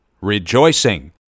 Rejoicing